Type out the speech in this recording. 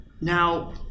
Now